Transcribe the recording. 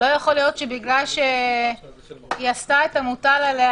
לא יכול להיות שבגלל שהיא עשתה את המוטל עליה,